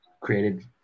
created